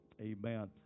amen